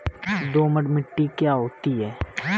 दोमट मिट्टी क्या होती हैं?